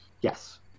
Yes